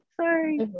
Sorry